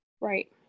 Right